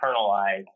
internalize